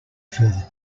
further